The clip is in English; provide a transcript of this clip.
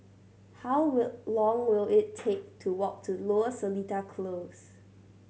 how will long will it take to walk to Lower Seletar Close